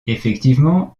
effectivement